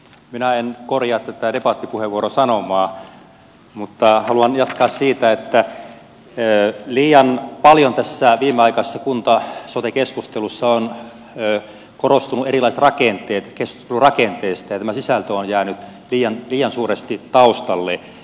minä en korjaa tätä debattipuheenvuoron sanomaa mutta haluan jatkaa siitä että liian paljon tässä viimeaikaisessa kunta ja sote keskustelussa ovat korostuneet erilaiset rakenteet keskustelu rakenteista ja tämä sisältö on jäänyt liian suuresti taustalle